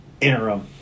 interim